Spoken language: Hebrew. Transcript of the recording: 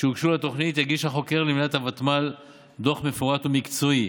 שהוגשו לתוכנית יגיש החוקר למליאת הוותמ"ל דוח מפורט ומקצועי